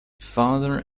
father